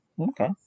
okay